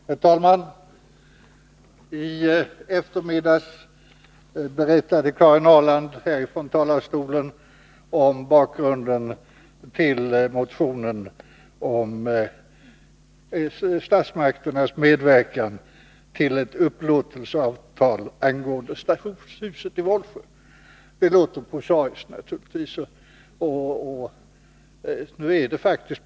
Herr talman! I eftermiddags berättade Karin Ahrland härifrån talarstolen om bakgrunden till motionen om statsmakternas medverkan till ett upplåtelseavtal angående stationshuset i Vollsjö. Det låter naturligtvis prosaiskt.